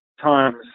times